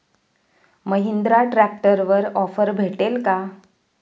महिंद्रा ट्रॅक्टरवर ऑफर भेटेल का?